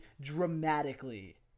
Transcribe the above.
dramatically